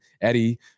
Eddie